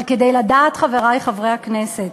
אבל, חברי חברי הכנסת,